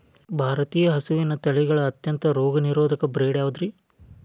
ಭಾರತೇಯ ಹಸುವಿನ ತಳಿಗಳ ಅತ್ಯಂತ ರೋಗನಿರೋಧಕ ಬ್ರೇಡ್ ಯಾವುದ್ರಿ?